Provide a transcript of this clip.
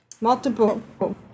multiple